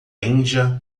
índia